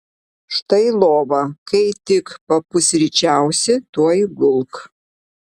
štai lova kai tik papusryčiausi tuoj gulk